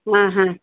हां हां